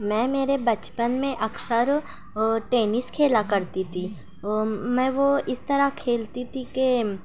میں میرے بچپن میں اکثر ٹینس کھیلا کرتی تھی میں وہ اس طرح کھیلتی تھی کہ